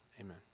Amen